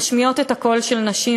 משמיעות את הקול של נשים,